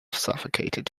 suffocated